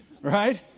Right